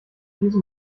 diesem